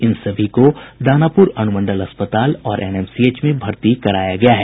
इन सभी को दानापुर अनुमंडल अस्पताल और एनएमसीएच में भर्ती कराया गया है